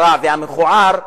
הרע והמכוער"